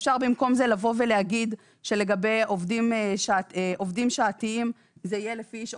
אפשר במקום זה לבוא ולהגיד שלגבי עובדים שעתיים זה יהיה לפי,